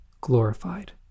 glorified